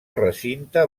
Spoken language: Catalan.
recinte